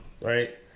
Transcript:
right